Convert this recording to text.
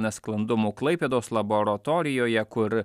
nesklandumų klaipėdos laboratorijoje kur